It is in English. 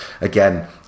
again